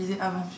avant